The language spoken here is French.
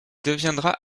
deviendra